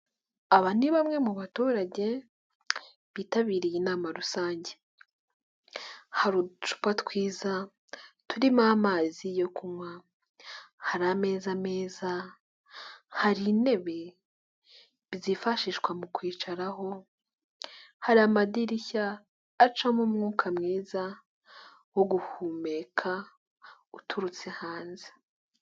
Aba ni bamwe mu baturage bitabiriye inama rusange, hari uducupa twiza turimo amazi yo kunywa, hari ameza meza, hari intebe zifashishwa mu kwicaraho, hari amadirishya acamo umwuka mwiza wo guhumeka uturutse hanze.